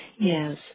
Yes